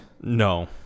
No